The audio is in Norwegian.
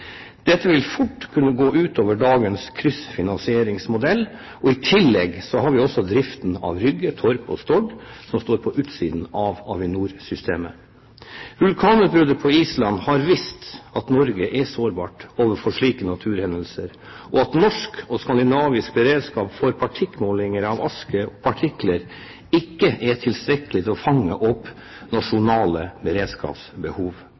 Dette vil fort kunne gå ut over dagens kryssfinansieringsmodell, og i tillegg har vi også driften av Rygge, Torp og Stord, som står på utsiden av Avinorsystemet. Vulkanutbruddet på Island har vist at Norge er sårbart overfor slike naturhendelser, og at norsk og skandinavisk beredskap for målinger av aske og partikler ikke er tilstrekkelig til å fange opp nasjonale beredskapsbehov.